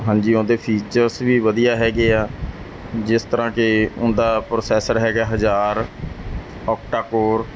ਹਾਂਜੀ ਉਹਦੇ ਫੀਚਰਸ ਵੀ ਵਧੀਆ ਹੈਗੇ ਆ ਜਿਸ ਤਰ੍ਹਾਂ ਕਿ ਉਹਦਾ ਪ੍ਰੋਸੈਸਰ ਹੈਗਾ ਹਜ਼ਾਰ ਓਕਟਾਕੋਰ